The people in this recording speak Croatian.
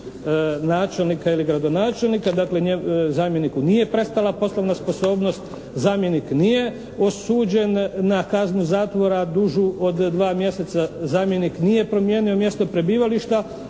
načelnika ili gradonačelnika, dakle zamjeniku nije prestala poslovna sposobnost, zamjenik nije osuđen na kaznu zatvora dužu od dva mjeseca, zamjenik nije promijenio mjesto prebivališta,